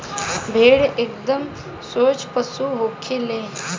भेड़ एकदम सोझ पशु होखे ले